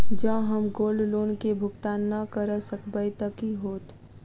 जँ हम gold loan केँ भुगतान न करऽ सकबै तऽ की होत?